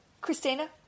Christina